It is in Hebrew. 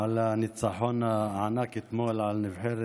על הניצחון הענק אתמול על נבחרת